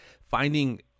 finding